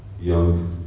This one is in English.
young